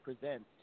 Presents